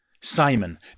Simon